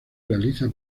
realiza